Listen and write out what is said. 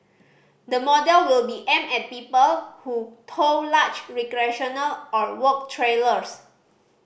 the model will be aimed at people who tow large recreational or work trailers